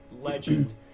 legend